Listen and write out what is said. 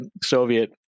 Soviet